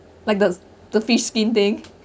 like the the fish skin thing